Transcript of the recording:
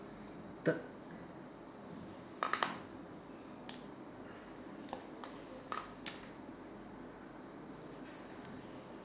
third